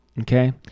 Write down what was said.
okay